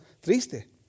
triste